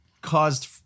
caused